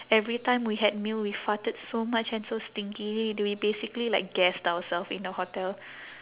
every time we had meal we farted so much and so stinky we basically like gassed ourselves in the hotel